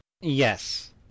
Yes